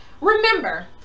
Remember